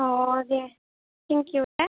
अ दे thank you Day